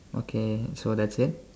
okay so that's it